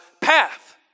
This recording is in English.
path